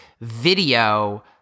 video